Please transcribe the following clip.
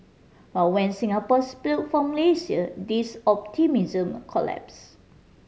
but when Singapore split from Malaysia this optimism collapse